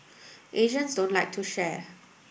Asians don't like to share